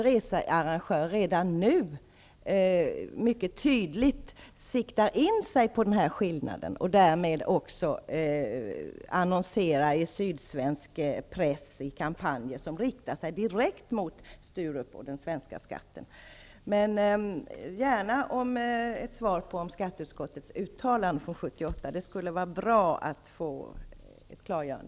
Researrangörerna siktar redan nu mycket tydligt in sig på detta och annonserar i sydsvenska tidningar med kampanjer som riktar sig direkt mot Sturup och den svenska skatten. Som sagt gärna ett svar på frågan om skatteutskottets uttalande från 1978. Jag tycker att det skulle vara bra att få ett klargörande.